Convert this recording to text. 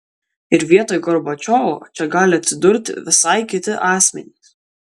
ir vietoj gorbačiovo čia gali atsidurti visai kiti asmenys